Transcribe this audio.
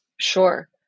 Sure